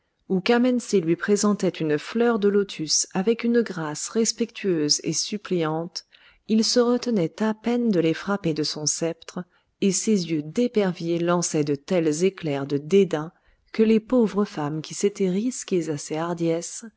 qu'amensé lui présentait une fleur de lotus avec une grâce respectueuse et suppliante il se retenait à peine de les frapper de son sceptre et ses yeux d'épervier lançaient de tels éclairs de dédain que les pauvres femmes qui s'étaient risquées à ces hardiesses